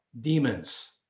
demons